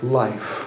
life